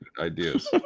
ideas